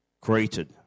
created